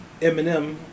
eminem